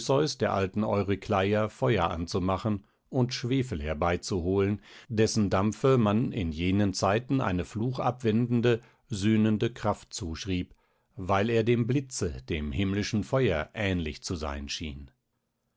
der alten eurykleia feuer anzumachen und schwefel herbeizuholen dessen dampfe man in jenen zeiten eine fluchabwendende sühnende kraft zuschrieb weil er dem blitze dem himmlischen feuer ähnlich zu sein schien